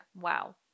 Wow